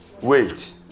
Wait